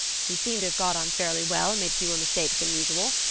you seem to have got on fairly well and made fewer mistakes than usual.